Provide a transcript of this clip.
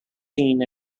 seen